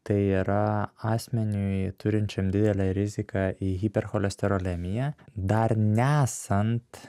tai yra asmeniui turinčiam didelę riziką į hipercholesterolemiją dar nesant